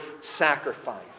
sacrifice